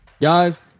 Guys